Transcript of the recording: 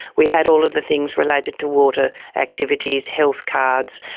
we had all of the things related to water activities, health cards,